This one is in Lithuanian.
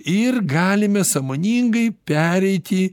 ir galime sąmoningai pereiti